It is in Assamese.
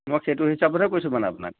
মই সেইটো হিচাপতহে কৈছোঁ মানে আপোনাক